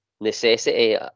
necessity